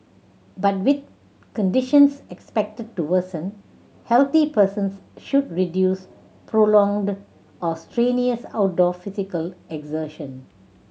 but with conditions expected to worsen healthy persons should reduce prolonged or strenuous outdoor physical exertion